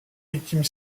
victimes